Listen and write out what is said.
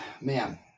man